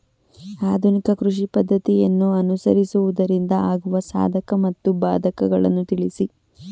ಆಧುನಿಕ ಕೃಷಿ ಪದ್ದತಿಯನ್ನು ಅನುಸರಿಸುವುದರಿಂದ ಆಗುವ ಸಾಧಕ ಮತ್ತು ಬಾಧಕಗಳನ್ನು ತಿಳಿಸಿ?